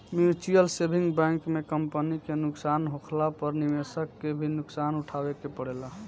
mutual saving bank में company के नुकसान होखला पर निवेशक के भी नुकसान उठावे के पड़ेला